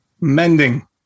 Mending